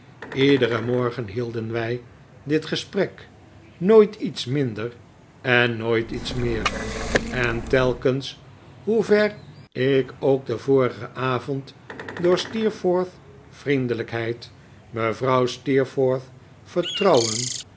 iederen morgen hielden wij dit gesprek nooit iets minder en nooit iets meer en telkens hoe ver ik ook den vorigen avond door steerforth's vriendelijkheid mevrouw steerforth's vertrouweri